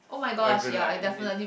or if you like